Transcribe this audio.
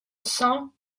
cent